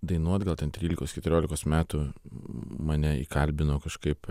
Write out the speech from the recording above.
dainuot gal ten trylikos keturiolikos metų mane įkalbino kažkaip